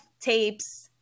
tapes